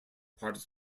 product